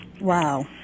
Wow